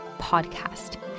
podcast